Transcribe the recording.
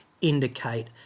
indicate